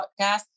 podcast